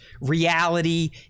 reality